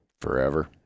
forever